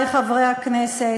לצערי, חברי חברי הכנסת,